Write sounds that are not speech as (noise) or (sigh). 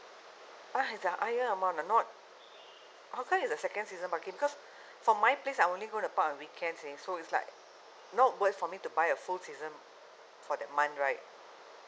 what is the higher amount or not how come is the second season parking because (breath) from my place I only go to park on weekends in so it's like not worth for me to buy a full season for that month right